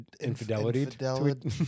Infidelity